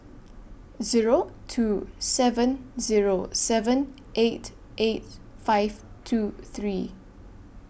Zero two seven Zero seven eight eight five two three